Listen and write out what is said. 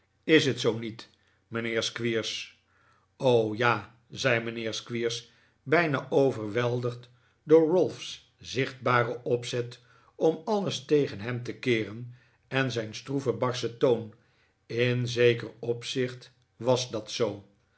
is het zoo niet mijnheer squeers ja zei mijnheer squeers bijna overweldigd door ralph's zichtbare opzet om alles tegen hem te keeren en zijn stroeven barschen toon in zeker opzicht was dat zoo